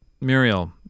Muriel